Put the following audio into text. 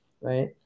right